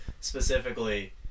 specifically